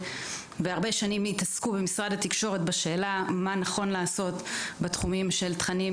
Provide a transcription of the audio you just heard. שנים התעסקו במשרד התקשורת בשאלה מה נכון לעשות בתחומים של תכנים